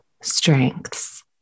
strengths